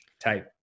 type